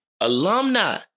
alumni